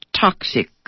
toxic